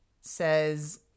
says